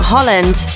Holland